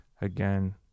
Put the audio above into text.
again